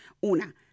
Una